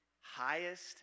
highest